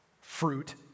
fruit